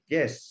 Yes